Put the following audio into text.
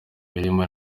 birimo